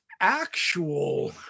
actual